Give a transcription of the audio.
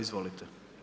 Izvolite.